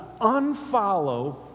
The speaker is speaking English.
unfollow